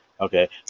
Okay